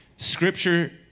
scripture